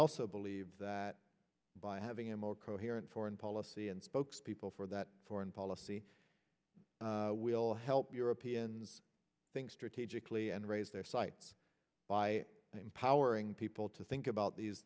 also believe that by having a more coherent foreign policy and spokespeople for that foreign policy will help europeans think strategically and raise their sights by empowering people to think about these